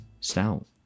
stout